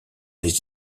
les